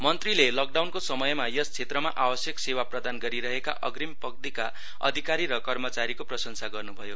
मन्त्रीले लकडाउनको समयमा यस क्षेत्रमा आवश्यक सेवा प्रदान गरिरहेका अग्रिम पङक्तिका अधिकारी र कर्मचारीको प्रसंसा गर्नुभयो